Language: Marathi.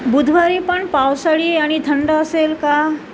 बुधवारी पण पावसाळी आणि थंड असेल का